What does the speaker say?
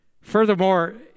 Furthermore